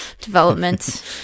development